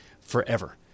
forever